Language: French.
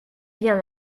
bien